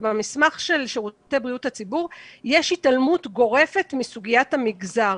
במסמך של שירותי בריאות הציבור יש התעלמות גורפת מסוגיית המגזר.